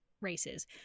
races